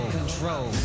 control